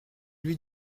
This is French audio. lui